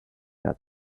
that